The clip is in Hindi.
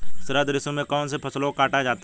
शरद ऋतु में कौन सी फसलों को काटा जाता है?